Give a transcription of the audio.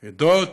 עדות,